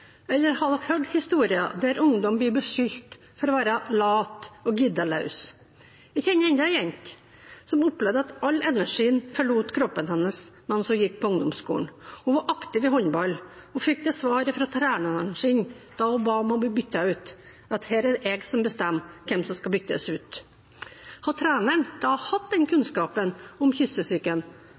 eller har dere hørt historier der ungdom blir beskyldt for å være late og giddeløse? Jeg kjenner enda en jente, som opplevde at all energien forlot kroppen hennes mens hun gikk på ungdomsskolen. Hun var aktiv i håndball, og hun fikk til svar fra treneren sin da hun ba om å bli byttet ut: Her er det jeg som bestemmer hvem som skal byttes ut. Hadde treneren da hatt den kunnskapen om